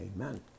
amen